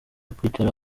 kwicara